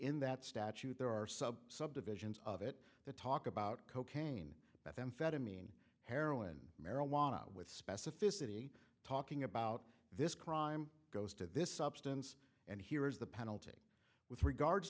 in that statute there are some subdivisions of it that talk about cocaine methamphetamine heroin marijuana with specificity talking about this crime goes to this substance and here is the penalty with regards